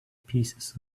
pieces